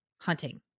hunting